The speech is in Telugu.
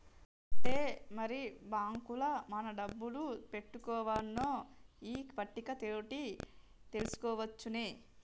ఆట్టే మరి బాంకుల మన డబ్బులు పెట్టుకోవన్నో ఈ పట్టిక తోటి తెలుసుకోవచ్చునే